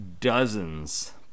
dozens